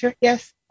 yes